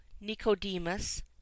Nicodemus